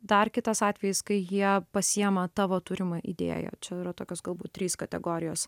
dar kitas atvejis kai jie pasiima tavo turimą idėją čia yra tokios galbūt trys kategorijos